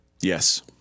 Yes